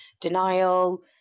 denial